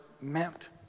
meant